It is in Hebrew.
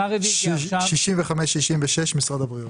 רוויזיה על פנייה מספר 65 ו-66, משרד הבריאות.